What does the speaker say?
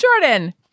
Jordan